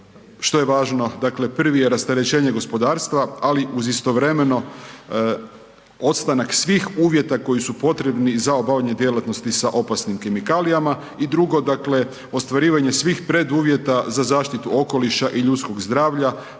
što je važno. Dakle, prvi je rasterećenje gospodarstva, ali uz istovremeno ostanak svih uvjeta koji su potrebni za obavljanje djelatnosti sa opasnim kemikalijama i drugo, dakle ostvarivanje svih preduvjeta za zaštitu okoliša i ljudskog zdravlja,